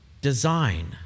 design